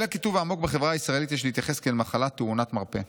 "אל הקיטוב העמוק בחברה הישראלית יש להתייחס כאל מחלה טעונת מרפא.